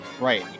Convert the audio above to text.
Right